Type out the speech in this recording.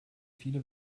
viele